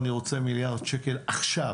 אני רוצה מיליארד שקל עכשיו,